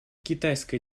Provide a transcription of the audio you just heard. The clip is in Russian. китайская